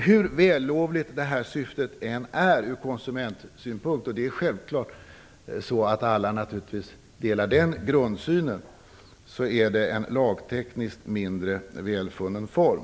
Hur vällovligt syftet än är ur konsumentsynpunkt - det är självklart att alla delar den grundsynen - är det en lagtekniskt mindre välfunnen form.